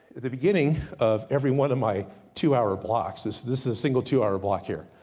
the beginning of every one of my two hour blocks, this this is a single two hour block here.